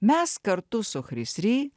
mes kartu su chris ri